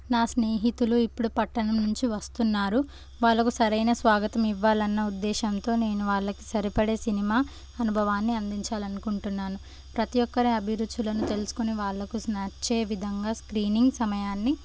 నా స్నేహితులు ఇప్పుడు పట్టణం నుంచి వస్తున్నారు వాళ్ళకు సరైన స్వాగతం ఇవ్వాలన్న ఉద్దేశంతో నేను వాళ్ళకి సరిపడే సినిమా అనుభవాన్ని అందించాలి అనుకుంటున్నాను ప్రతి ఒక్కరి అభిరుచులను తెలుసుకుని వాళ్ళకు నచ్చే విధంగా స్క్రీనింగ్ సమయాన్ని